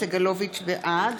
בעד